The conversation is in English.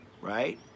right